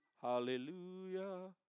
Hallelujah